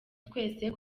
twese